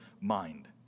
mind